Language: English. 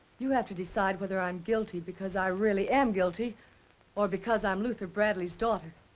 you have to decide whether i'm guilty because i really am guilty or because i'm luther bradley's daughter. if